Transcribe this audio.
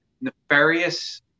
nefarious